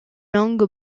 langue